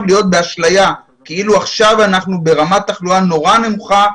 להיות באשליה כאילו אנחנו באמת תחלואה נורא נמוכה,